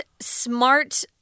smart